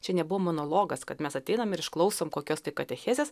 čia nebuvo monologas kad mes ateinam ir išklausom kokios tai katechezės